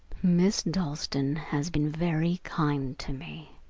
miss dalstan has been very kind to me,